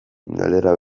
galdera